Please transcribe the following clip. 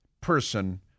person